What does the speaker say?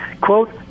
quote